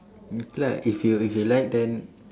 like if you if you like then